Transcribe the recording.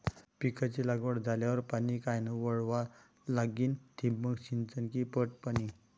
पिकाची लागवड झाल्यावर पाणी कायनं वळवा लागीन? ठिबक सिंचन की पट पाणी?